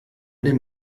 dem